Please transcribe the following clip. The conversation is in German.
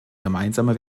gemeinsame